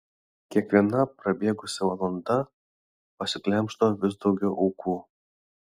kiekviena prabėgusi valanda pasiglemždavo vis daugiau aukų